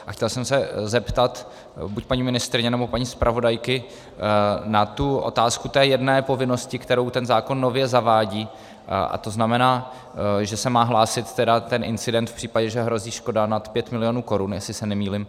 A chtěl jsem se zeptat buď paní ministryně, nebo paní zpravodajky na otázku té jedné povinnosti, kterou ten zákon nově zavádí, to znamená, že se má hlásit incident v případě, že hrozí škoda nad 5 milionů korun, jestli se nemýlím.